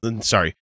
sorry